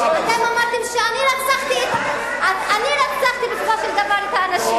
אתם אמרתם שאני רצחתי בסופו של דבר את האנשים.